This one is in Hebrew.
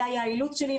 זה היה האילוץ שלי,